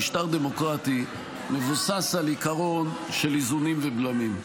משטר דמוקרטי מבוסס על עיקרון של איזונים ובלמים.